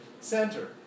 center